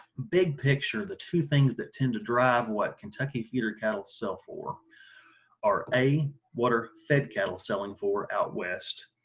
big picture the two things that tend to drive what kentucky feeder cattle sell for are a what are fed cattle selling for out west?